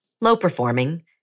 low-performing